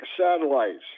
satellites